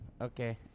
Okay